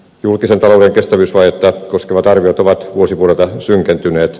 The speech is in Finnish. julkisen talouden kestävyysvajetta koskevat arviot ovat vuosi vuodelta synkentyneet